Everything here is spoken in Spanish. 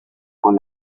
con